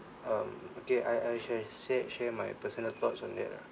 um okay I I shall share share my personal thoughts on that ah